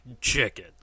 chicken